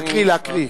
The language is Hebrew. להקריא,